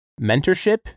mentorship